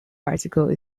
article